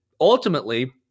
ultimately